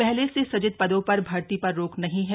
पहले से सूजित पदों पर भर्ती पर रोक नहीं है